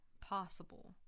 possible